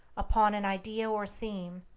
upon an idea or theme,